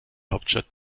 hauptstadt